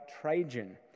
Trajan